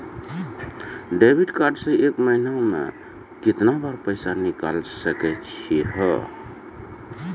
Debit card से एक महीना मा केतना बार पैसा निकल सकै छि हो?